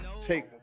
take